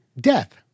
death